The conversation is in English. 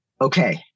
okay